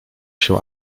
się